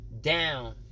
down